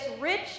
rich